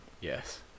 yes